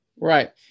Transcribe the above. Right